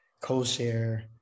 co-share